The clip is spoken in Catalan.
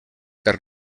per